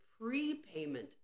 prepayment